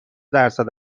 درصد